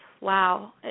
wow